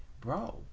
bro